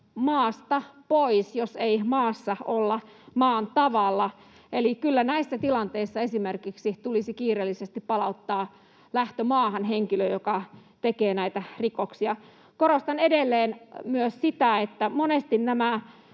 maasta pois, jos ei maassa olla maan tavalla? Eli kyllä esimerkiksi näissä tilanteissa tulisi kiireellisesti palauttaa lähtömaahan henkilö, joka tekee näitä rikoksia. Korostan edelleen myös sitä, että monesti nämä